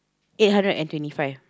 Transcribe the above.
eight hundred and twenty five